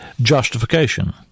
justification